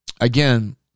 Again